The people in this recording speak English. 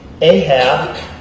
Ahab